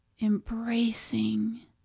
Embracing